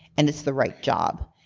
and it's the right job.